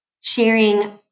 sharing